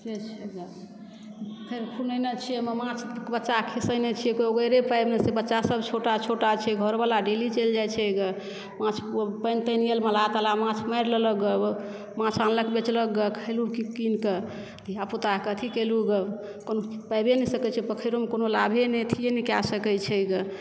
पोखरि खुनेनाइ छिऐ ओहिमे माछके बच्चा खसैने छिऐ कोइ अगोरए पाबि नहि सकै छिऐ बच्चा सब छोटा छोटा छै घरवला डिल्ली चलि जाइ छै गऽ माछ पानि तानि आएल मलाह तलाह माछ मारि लेलक गऽ माछ आनलक बेचलक गऽ खेलहुँ कीन कऽ धियापुता कऽ अथी केलहुँ गऽ कोनो पाबै नहि सकै छै पोखरिमे कोनो लाभे नहि अथिए नहि कए सकै छै गऽ